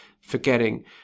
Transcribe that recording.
forgetting